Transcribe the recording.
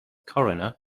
coroner